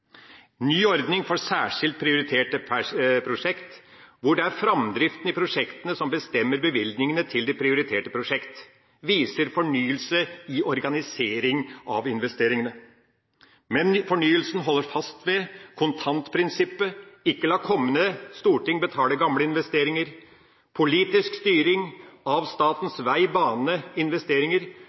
ny ordning for særskilt prioriterte prosjekt, hvor det er framdriften i prosjektene som bestemmer bevilgningene til de prioriterte prosjekt, viser fornyelse i organisering av investeringene. Men fornyelsen holder fast ved kontantprinsippet: ikke la kommende storting betale gamle investeringer, ha politisk styring av statens